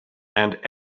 and